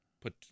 put